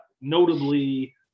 notably